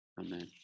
Amen